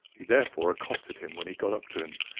he therefore accosted him when he got up to him,